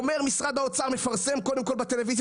משרד האוצר מפרסם קודם כל בטלוויזיה,